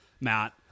Matt